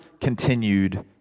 continued